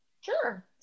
sure